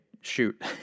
shoot